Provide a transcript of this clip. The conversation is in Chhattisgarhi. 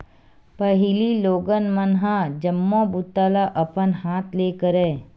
पहिली लोगन मन ह जम्मो बूता ल अपन हाथ ले करय